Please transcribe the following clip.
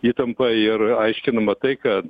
įtampa ir aiškinama tai kad